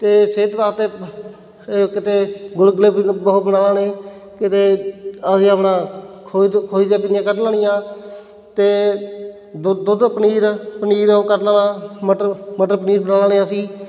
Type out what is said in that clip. ਅਤੇ ਸਿਹਤ ਵਾਸਤੇ ਇਹ ਕਦੇ ਗੁਲਗੁਲੇ ਬਹੁਤ ਬਣਾਉਣੇ ਕਦੇ ਅਸੀਂ ਆਪਣਾ ਖੋਏ ਤੋਂ ਖੋਏ ਦੀਆਂ ਪਿੰਨੀਆਂ ਕੱਢ ਲੈਣੀਆ ਅਤੇ ਦੁੱਧ ਪਨੀਰ ਪਨੀਰ ਉਹ ਕਰ ਲਵਾਂ ਮਟਰ ਮਟਰ ਪਨੀਰ ਬਣਾ ਲੈਣੇ ਅਸੀਂ